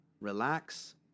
relax